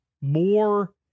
more